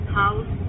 house